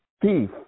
thief